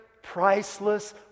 Priceless